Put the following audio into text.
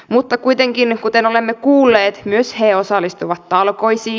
mutta kuitenkin kuten olemme kuulleet myös he osallistuvat talkoisiin